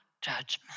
judgment